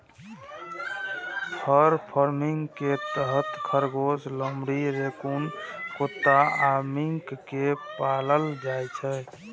फर farming के तहत खरगोश, लोमड़ी, रैकून कुत्ता आ मिंक कें पालल जाइ छै